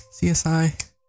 CSI